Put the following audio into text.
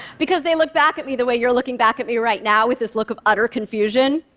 because they look back at me the way you're looking back at me right now, with this look of utter confusion.